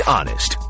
Honest